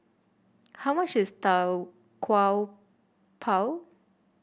how much is Tau Kwa Pau